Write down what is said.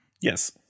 Yes